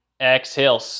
Exhale